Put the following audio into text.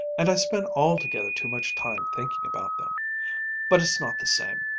and i spend altogether too much time thinking about them but it's not the same.